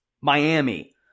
Miami